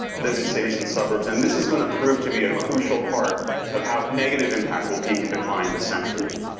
live in cities and suburbs and this is going to prove to be a crucial part of how negative impact will peak and decline in this century.